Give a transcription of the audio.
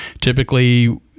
Typically